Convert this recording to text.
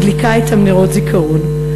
מדליקה את נרות הזיכרון,